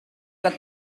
kan